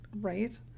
Right